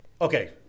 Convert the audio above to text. okay